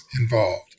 involved